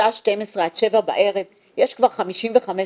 משעה 12 עד שעה שבע בערב, יש כבר 55 אנשים,